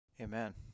Amen